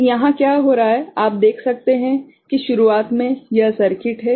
तो यहाँ क्या हो रहा है आप देख सकते हैं कि शुरुआत में यह सर्किट है